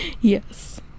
Yes